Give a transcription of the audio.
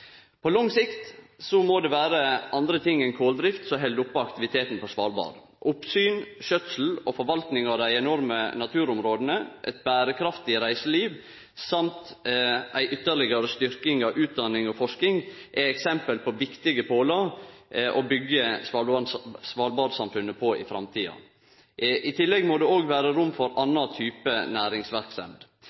På lang sikt må det vere andre ting enn koldrift som held oppe aktivitetane på Svalbard. Oppsyn, skjøtsel og forvaltning av dei enorme naturområdene, eit berekraftig reiseliv og ei ytterlegare styrking av utdanning og forsking er eksempel på viktige pålar å byggje Svalbard-samfunnet på i framtida. I tillegg må det også vere rom for anna type næringsverksemd.